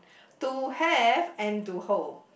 to have and to hold